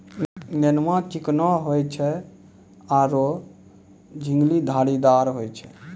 नेनुआ चिकनो होय छै आरो झिंगली धारीदार होय छै